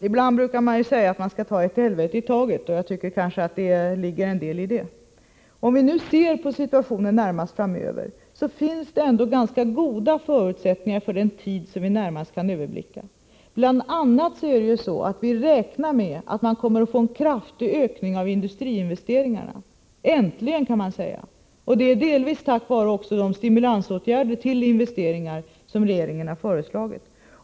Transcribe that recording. Ibland brukar man säga att man skall ta ett helvete i taget, och jag tycker nog att det ligger en del i det. É När vi ser på situationen framöver, under den tid vi närmast kan överblicka, ser vi att det finns ganska goda förutsättningar. Bl. a. räknar vi med en kraftig ökning av industriinvesteringarna — äntligen, skulle man kunna säga —, delvis tack vare de stimulanser till investeringar som regeringen har föreslagit.